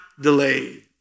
delay